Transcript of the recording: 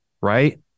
right